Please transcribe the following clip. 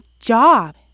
job